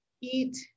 eat